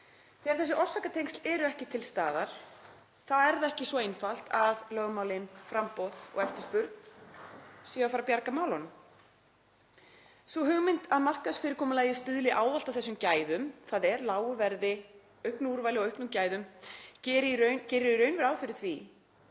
Þegar þessi orsakatengsl eru ekki til staðar þá er það ekki svo einfalt að lögmálin um framboð og eftirspurn séu að fara að bjarga málunum. Sú hugmynd að markaðsfyrirkomulagið stuðli ávallt að þessum gæðum, þ.e. lágu verði, auknu úrvali og auknum gæðum, gerir í raun ráð fyrir því